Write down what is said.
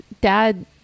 dad